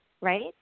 right